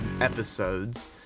episodes